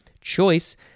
Choice